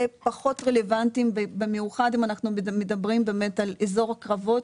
פחות רלוונטיים במיוחד אם אנחנו מדברים באמת על אזור הקרבות,